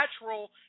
natural